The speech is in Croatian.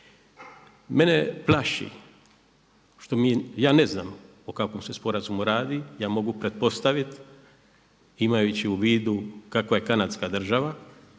Mene plaši što mi, ja ne znam o kakvom se sporazumu radi. Ja mogu pretpostavit imajući u vidu kakva ja kanadska država,